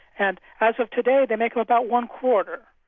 and as of today they make up about one-quarter.